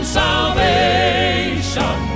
salvation